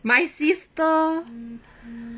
my sister